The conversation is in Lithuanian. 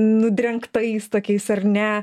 nudrengtais tokiais ar ne